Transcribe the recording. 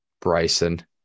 Bryson